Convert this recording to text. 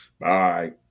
Bye